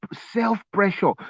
self-pressure